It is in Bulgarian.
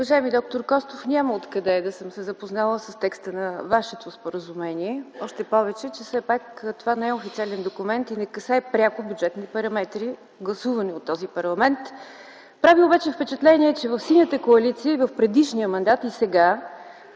Уважаеми д-р Костов, няма откъде да съм се запознала с текста на вашето споразумение. Още повече, че все пак това не е официален документ и не касае пряко бюджетни параметри, гласувани от този парламент. Прави впечатление обаче, че в Синята коалиция и в предишния мандат, и сега,